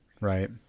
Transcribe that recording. Right